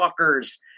fuckers